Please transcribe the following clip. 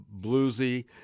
bluesy